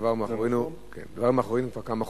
הדבר מאחורינו.